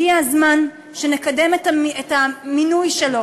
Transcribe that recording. הגיע הזמן שנקדם את המינוי שלו,